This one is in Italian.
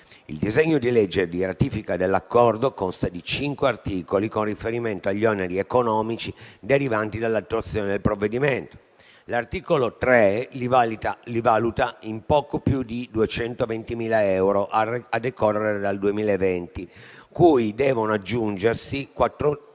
Il disegno di legge di ratifica dell'Accordo consta di cinque articoli. Con riferimento agli oneri economici derivanti dall'attuazione del provvedimento, l'articolo 3 li valuta in poco più di 220.000 euro, a decorrere dal 2020, a cui devono aggiungersi 14.920